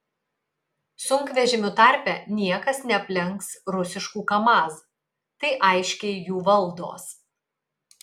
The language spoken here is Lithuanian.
sunkvežimių tarpe niekas neaplenks rusiškų kamaz tai aiškiai jų valdos